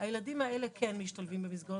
הורגים את הילדים הללו שאין להם מענים,